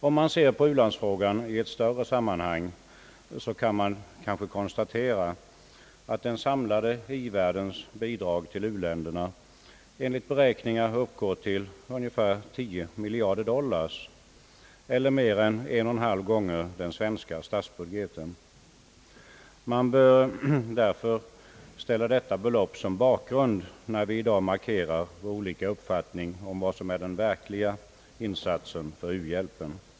Om man ser på u-landsfrågan i ett större sammanhang kan man konstatera, att den samlade i-världens bidrag till u-länderna enligt beräkningar uppgår till cirka 10 miljarder dollar, eller mer än en och en halv gång den svenska statsbudgeten. Man bör därför ställa detta belopp som bakgrund, när vi i dag markerar våra olika uppfattningar om vad som är den verkliga insatsen för u-hjälpen.